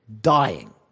dying